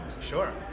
Sure